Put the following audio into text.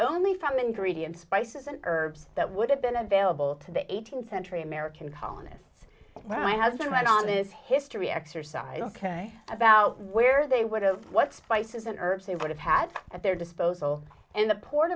only from ingredients spices and herbs that would have been available to the eighteenth century american colonists when my husband went on this history exercise ok about where they were to what spices and herbs they would have had at their disposal in the port